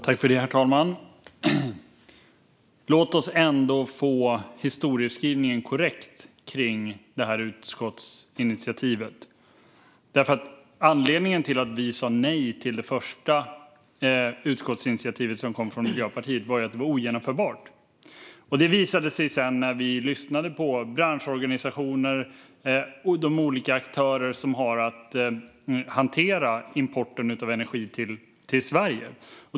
Herr talman! Låt oss få historieskrivningen korrekt kring det här utskottsinitiativet. Anledningen till att vi sa nej till det första utskottsinitiativet, som kom från Miljöpartiet, var att det var ogenomförbart. Det visade sig när vi lyssnade på branschorganisationer och de olika aktörer som har att hantera importen av energi till Sverige.